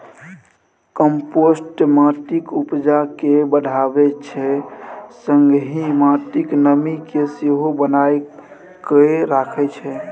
compost माटिक उपजा केँ बढ़ाबै छै संगहि माटिक नमी केँ सेहो बनाए कए राखै छै